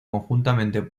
conjuntamente